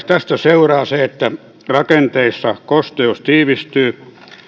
tästä seuraa se että rakenteissa kosteus tiivistyy